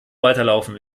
weiterlaufen